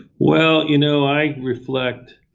well, you know, i reflect,